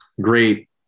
great